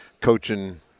coaching